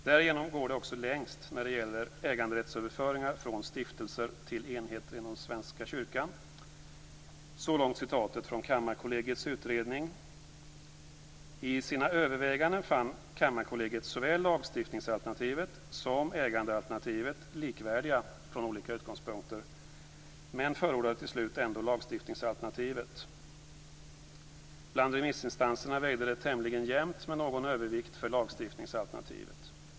Därigenom går det också längst när det gäller äganderättsöverföringar från stiftelser till enheter inom Svenska kyrkan." I sina överväganden fann Kammarkollegiet lagstiftningsalternativet och ägandealternativet likvärdiga från olika utgångspunkter men förordade till slut ändå lagstiftningsalternativet. Bland remissinstanserna vägde det tämligen jämnt, med någon övervikt för lagstiftningsalternativet.